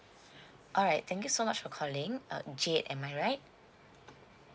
alright thank you so much for calling uh jade am I right